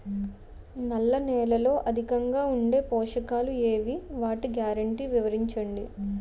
నల్ల నేలలో అధికంగా ఉండే పోషకాలు ఏవి? వాటి గ్యారంటీ వివరించండి?